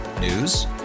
News